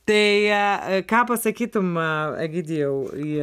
tai ką pasakytum egidijau į